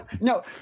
No